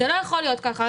זה לא יכול להיות ככה.